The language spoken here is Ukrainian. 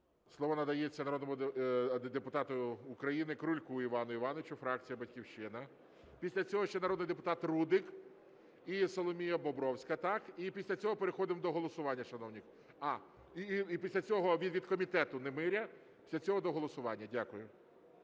Слово надається народному депутату України Крульку Івану Івановичу, фракція "Батьківщина". Після цього ще народний депутат Рудик і Соломія Бобровська, так. І після цього переходимо до голосування, шановні. І після цього від комітету Немиря, і після цього до голосування. Дякую.